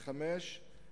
החמישי,